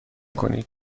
کنید